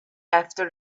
after